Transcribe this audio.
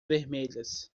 vermelhas